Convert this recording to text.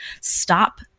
stop